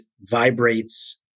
vibrates